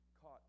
caught